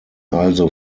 also